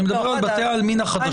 אני מדבר על בתי העלמין החדשים.